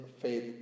faith